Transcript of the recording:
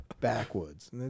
backwoods